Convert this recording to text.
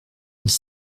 mille